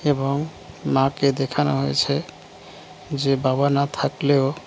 এবং মাকে দেখানো হয়েছে যে বাবা না থাকলেও